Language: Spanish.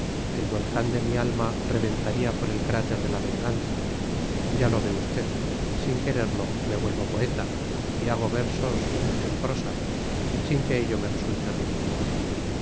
el volcán de mi alma reventaría por el cráter de la venganza ya lo ve usted sin quererlo me vuelvo poeta y hago versos en prosa sin que ello me resulte ridículo